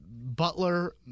Butler